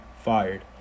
fired